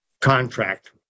contract